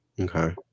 Okay